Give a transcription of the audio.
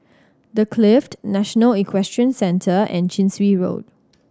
The Clift National Equestrian Centre and Chin Swee Road